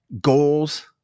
goals